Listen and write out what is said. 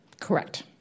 Correct